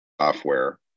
software